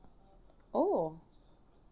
oh